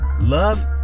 love